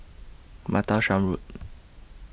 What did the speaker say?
Martlesham Road